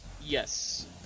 Yes